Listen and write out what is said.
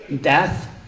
Death